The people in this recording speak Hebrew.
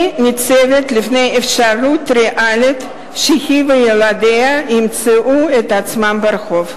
היא ניצבת לפני אפשרות ריאלית שהיא וילדיה ימצאו את עצמם ברחוב.